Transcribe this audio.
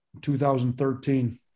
2013